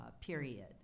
period